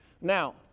Now